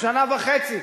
שנה וחצי.